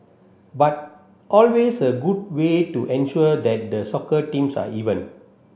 but always a good way to ensure that the soccer teams are even